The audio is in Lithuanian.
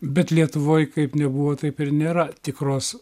bet lietuvoj kaip nebuvo taip ir nėra tikros